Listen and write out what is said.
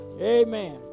Amen